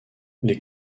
les